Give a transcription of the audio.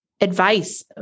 advice